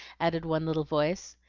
added one little voice.